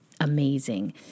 amazing